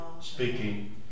speaking